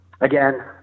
Again